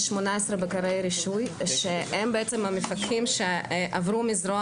יש 18 בקרי רישוי שהם בעצם המפקחים שעברו מזרוע